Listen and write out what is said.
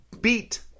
beat